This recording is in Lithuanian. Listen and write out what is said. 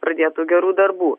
pradėtų gerų darbų